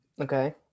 Okay